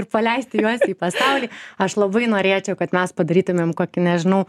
ir paleisti juos į pasaulį aš labai norėčiau kad mes padarytumėm kokį nežinau